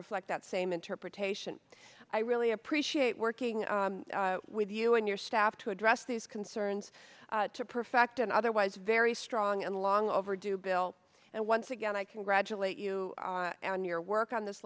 reflect that same interpretation i really appreciate working with you and your staff to address these concerns to perfect an otherwise very strong and long overdue bill and once again i congratulate you on your work on this